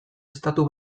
estatu